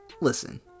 listen